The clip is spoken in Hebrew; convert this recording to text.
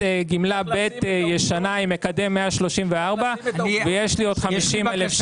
גמלה ב' ישנה עם מקדם 134 ויש לי עוד 50,000 שקלים.